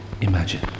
imagine